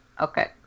Okay